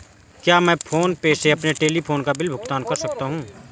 क्या मैं PhonePe से अपने टेलीफोन बिल का भुगतान कर सकता हूँ?